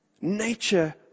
Nature